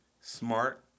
smart